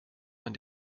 man